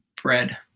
bread